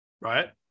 right